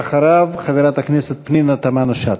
ואחריו, חברת הכנסת פנינה תמנו-שטה.